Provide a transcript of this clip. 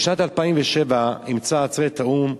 בשנת 2007 אימצה עצרת האו"ם